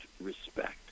respect